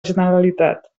generalitat